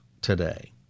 today